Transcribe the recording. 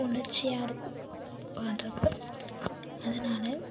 உணர்ச்சியாக இருக்கும் பாடுகிறப்ப அதனால்